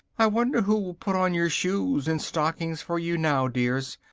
i wonder who will put on your shoes and stockings for you now, dears?